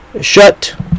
Shut